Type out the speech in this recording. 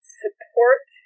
support